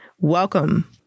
Welcome